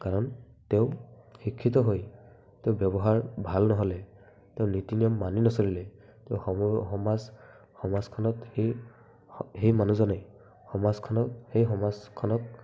কাৰণ তেওঁ শিক্ষিত হৈ তেওঁৰ ব্যৱহাৰ ভাল নহ'লে তেওঁ নীতি নিয়ম মানি নচলিলে তেওঁ সম সমাজ সমাজখনত সেই সেই মানুহজনে সমাজখনত সেই সমাজখনক